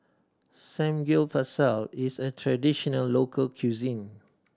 samgeyopsal is a traditional local cuisine